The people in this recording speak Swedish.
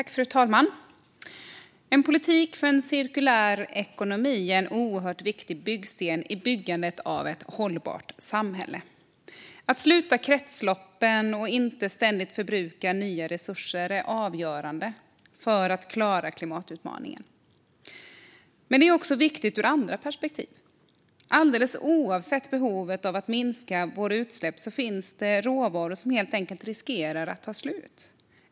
Fru talman! En politik för en cirkulär ekonomi är en oerhört viktig byggsten i byggandet av ett hållbart samhälle. Att sluta kretsloppen och att inte ständigt förbruka nya resurser är avgörande för att klara klimatutmaningen. Men det är också viktigt ur andra perspektiv. Alldeles oavsett behovet av att minska våra utsläpp finns det råvaror som helt enkelt riskerar att ta slut.